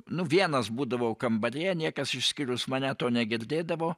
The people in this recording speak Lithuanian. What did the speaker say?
nu vienas būdavau kambaryje niekas išskyrus mane to negirdėdavo